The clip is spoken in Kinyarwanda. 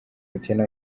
bukene